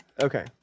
Okay